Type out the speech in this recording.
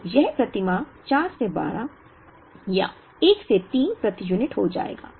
तो यह प्रति माह 4 से 12 या 1 से 3 प्रति यूनिट हो जाएगा